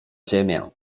ziemię